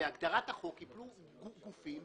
שבהגדרת החוק יפלו גופים